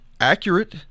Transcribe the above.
accurate